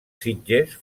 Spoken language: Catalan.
sitges